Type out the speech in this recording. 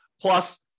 Plus